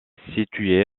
situé